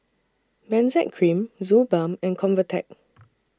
Benzac Cream Suu Balm and Convatec